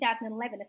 2011